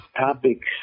Topics